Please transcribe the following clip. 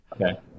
okay